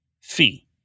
fee